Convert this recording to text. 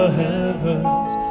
heavens